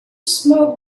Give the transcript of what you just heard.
smoke